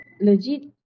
legit